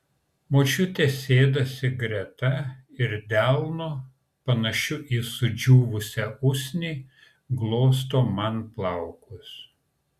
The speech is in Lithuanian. močiutė sėdasi greta ir delnu panašiu į sudžiūvusią usnį glosto man plaukus